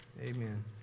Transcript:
Amen